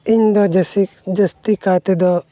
ᱤᱧᱫᱚ ᱡᱟᱹᱥᱛᱤ ᱠᱟᱭ ᱛᱮᱫᱚ